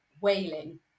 wailing